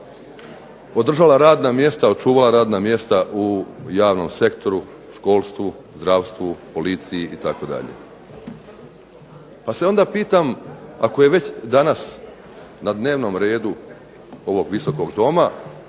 održala radna mjesta, očuvala radna mjesta u javnom sektoru, školstvu, zdravstvu, policiji itd. Pa se onda pitam ako je već danas na dnevnom redu ovog Visokog doma